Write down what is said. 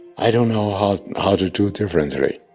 i don't know how how to do it differently.